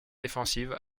défensives